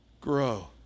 grow